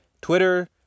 Twitter